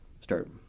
start